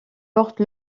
porte